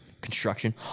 construction